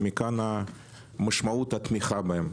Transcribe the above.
מכאן משמעות התמיכה בהם.